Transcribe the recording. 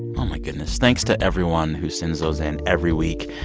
oh, my goodness. thanks to everyone who sends those in every week.